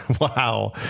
Wow